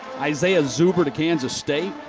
isaiah zuber to kansas state.